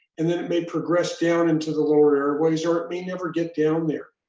and then it may progress down into the lower airways or it may never get down there,